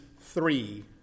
three